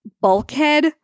bulkhead